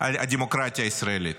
הדמוקרטיה הישראלית.